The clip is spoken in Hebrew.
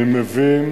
אני מבין